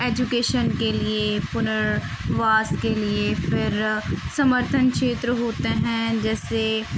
education کے لیے پنرواس کے لیے پھر سمرتھن چھیتر ہوتے ہیں جیسے